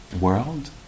world